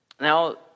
Now